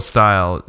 Style